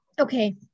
okay